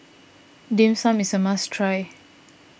Dim Sum is a must try